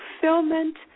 fulfillment